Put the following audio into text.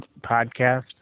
podcast